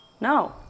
No